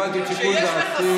הפעלתי את שיקול דעתי.